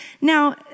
Now